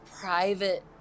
private